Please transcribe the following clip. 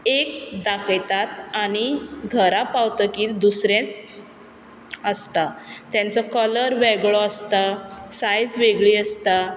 एक दाखयतात आनी घरा पावतगीर दुसरेंच आसता तेंचो कलर वेगळो आसता सायज वेगळी आसता